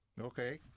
Okay